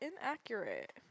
inaccurate